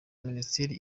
minisiteri